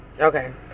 Okay